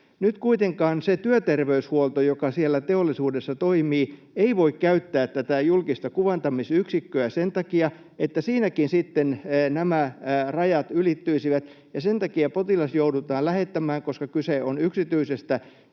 Nyt kuitenkaan se työterveyshuolto, joka siellä teollisuudessa toimii, ei voi käyttää tätä julkista kuvantamisyksikköä sen takia, että siinäkin sitten nämä rajat ylittyisivät, ja sen takia potilas joudutaan lähettämään, koska kyse on yksityisestä